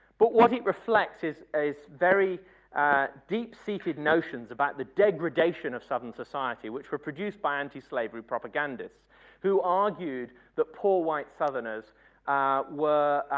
but what it reflects is a very deep-seated notion about the degradation of the southern society which were produced by anti-slavery propagandas who argued the poor white southerners were